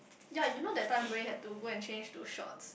yea you know that time we had to go and change to shorts